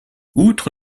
outre